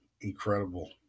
incredible